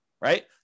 right